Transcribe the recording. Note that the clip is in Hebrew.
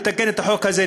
אם נתקן את החוק הזה,